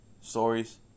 stories